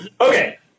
Okay